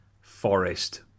Forest